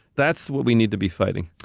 that's what we need to be fighting.